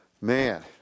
Man